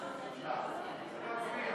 צריך להצביע.